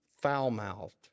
foul-mouthed